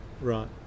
right